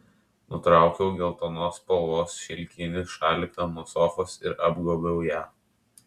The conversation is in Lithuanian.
nutraukiau geltonos spalvos šilkinį šaliką nuo sofos ir apgobiau ją